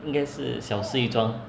应该是小事一桩